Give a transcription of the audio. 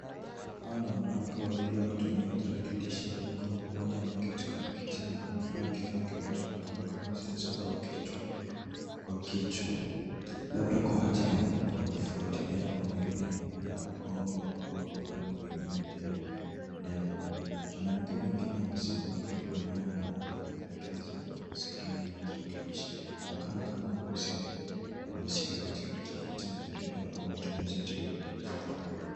Hawa ni wanawake wawili wakitumia tarakilishi ndogo ,moja ameketi kwenye kiti na amevaa kifaa kinacho onekana kama sensor kwa kichwa labda kwa ajili ya kufwatilia mawimbi ya ubongo au vipimo vingine vya neva. Mwanamke mwingine amesimama karibu naye na anamwelekeza kwenye skrini ya tarakilishi, inaonekana kama wana uhusiano ,wanahusika katika utafiti majaribio au matumizi ya teknolojia ya hali ya juu.